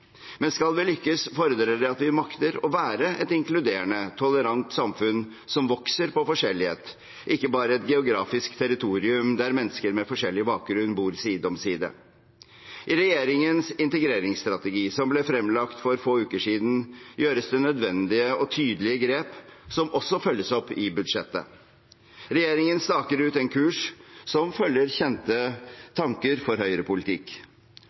Men skal det lykkes, fordrer det at vi makter å være et inkluderende, tolerant samfunn som vokser på forskjellighet, ikke bare et geografisk territorium der mennesker med forskjellig bakgrunn bor side om side. I regjeringens integreringsstrategi, som ble fremlagt for få uker siden, gjøres det nødvendige og tydelige grep som også følges opp i budsjettet. Regjeringen staker ut en kurs som følger kjente tanker for høyrepolitikk,